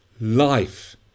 life